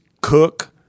Cook